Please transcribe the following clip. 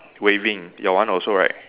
waving your one also right